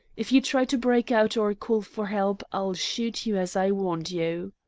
if you try to break out or call for help, i'll shoot you as i warned you!